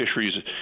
fisheries